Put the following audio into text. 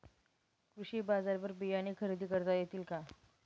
कृषी बाजारवर बियाणे खरेदी करता येतील का?